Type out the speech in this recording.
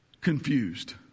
confused